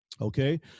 okay